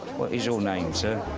what is your name sir?